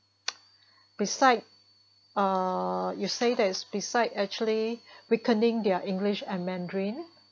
beside uh you say there's beside actually weakening their english and mandarin